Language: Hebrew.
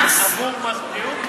עבור מס בריאות?